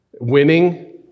winning